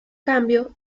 cambio